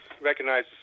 recognize